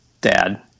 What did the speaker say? Dad